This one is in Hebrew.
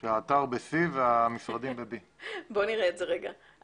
שהאתר בשטח C והמשרדים בשטח B. שלחתי לכם בווטסאפ.